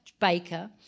baker